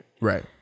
Right